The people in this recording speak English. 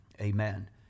amen